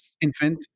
infant